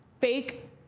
fake